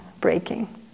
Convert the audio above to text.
breaking